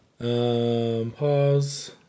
Pause